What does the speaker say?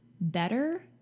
better